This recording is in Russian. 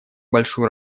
большую